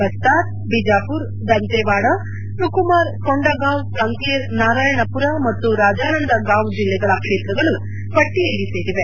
ಬಸ್ನಾರ್ ಬಿಜಾಪುರ್ ದಂತೇವಾಡ ಸುಕುಮಾರ್ ಕೊಂಡಗಾಂವ್ ಕಂಕೇರ್ ನಾರಾಯಣಪುರ ಮತ್ತು ರಾಜಾನಂದ ಗಾಂವ್ ಜಿಲ್ಲೆಗಳ ಕ್ಷೇತ್ರಗಳು ಪಟ್ಟಯಲ್ಲಿ ಸೇರಿವೆ